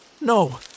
No